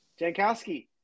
Jankowski